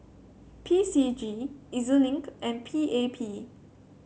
P C G E Z Link and P A P